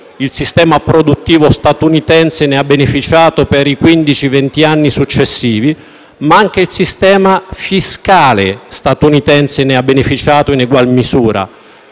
il sistema produttivo statunitense ne ha beneficiato per i quindici-venti anni successivi, ma che anche il sistema fiscale statunitense ne ha beneficiato in egual misura.